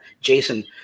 Jason